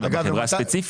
בחברה ספציפית.